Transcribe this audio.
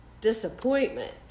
disappointment